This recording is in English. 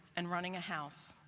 and running a house,